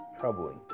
troubling